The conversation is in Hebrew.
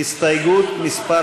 הסתייגות מס'